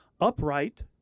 upright